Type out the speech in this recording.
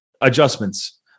Adjustments